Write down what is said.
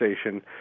station